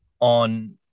on